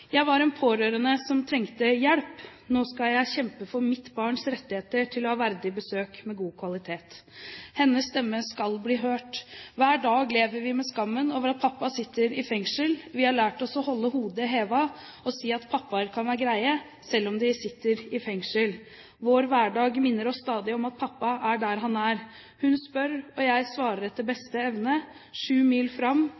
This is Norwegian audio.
var en pårørende som trengte hjelp, nå skal jeg kjempe for mitt barns rettigheter til å ha verdige besøk med god kvalitet. Hennes stemme skal bli hørt. Hver dag lever vi med skammen over at pappa sitter i fengsel. Vi har lært oss å holde hodet hevet og si at «pappaer kan være greie, selv om de sitter i fengsel». Vår hverdag minner oss stadig om at pappa er der han er. Hun spør, og jeg svarer etter